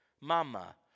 Mama